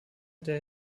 der